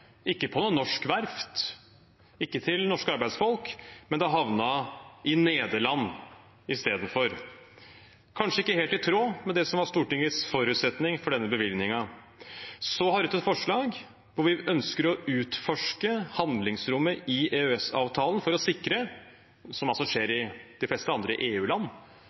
ikke hos noe norsk verft, ikke hos norske arbeidsfolk, men det havnet i Nederland istedenfor. Det var kanskje ikke helt i tråd med det som var Stortingets forutsetning for denne bevilgningen. Så har Rødt et forslag hvor vi ønsker å utforske handlingsrommet i EØS-avtalen for å sikre, noe som altså skjer i de fleste andre